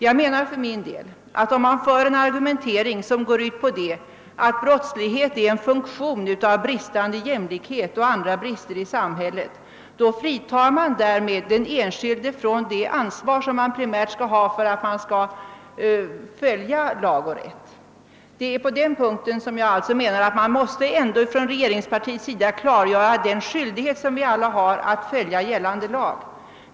Jag menar för min del att man, om man för en argumentering som går ut på att brottslighet är en funktion av bristande jämlikhet och andra ofullkomligheter i samhället, därmed fritar den enskilde från det ansvar som han primärt skall ha för att följa lag och rätt. Jag menar att regeringspartiet måste klargöra den skyldighet vi alla har att följa gällande lag.